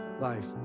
Life